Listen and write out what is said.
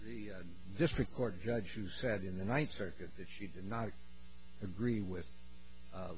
the district court judge who said in the ninth circuit that she did not agree with